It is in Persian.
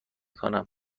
کنم